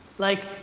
like,